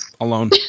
alone